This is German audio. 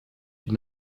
die